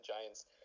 Giants